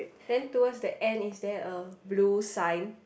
then towards the end is there a blue sign